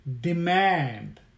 demand